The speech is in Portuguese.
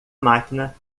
máquina